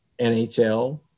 NHL